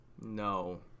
No